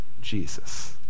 Jesus